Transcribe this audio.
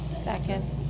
Second